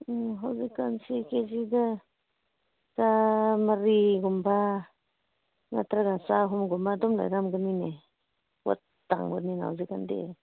ꯎꯝ ꯍꯧꯖꯤꯛ ꯀꯥꯟꯁꯦ ꯀꯦꯖꯤꯗ ꯆꯃꯔꯤꯒꯨꯝꯕ ꯅꯠꯇ꯭ꯔꯒ ꯆꯍꯨꯝꯒꯨꯝꯕ ꯑꯗꯨꯝ ꯂꯩꯔꯝꯒꯅꯤꯅꯦ ꯄꯣꯠ ꯇꯥꯡꯕꯅꯤꯅ ꯍꯧꯖꯤꯛ ꯀꯥꯟꯗꯤ